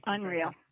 Unreal